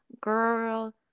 girl